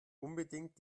unbedingt